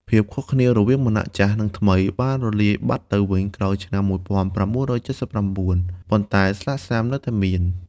ភាពខុសគ្នារវាងវណ្ណៈចាស់ និងថ្មី បានរលាយបាត់ទៅវិញក្រោយឆ្នាំ ១៩៧៩ ប៉ុន្តែស្លាកស្នាមនៅតែមាន។